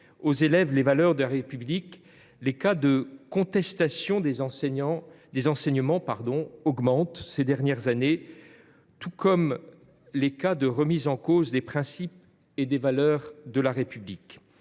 aux élèves les valeurs de la République », les cas de contestation des enseignements augmentent depuis plusieurs années, tout comme les cas de remise en cause des principes et des valeurs de la République.